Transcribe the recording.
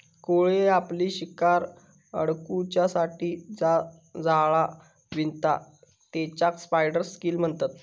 कोळी आपली शिकार अडकुच्यासाठी जा जाळा विणता तेकाच स्पायडर सिल्क म्हणतत